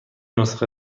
نسخه